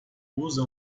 usa